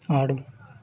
ఆడు